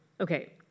Okay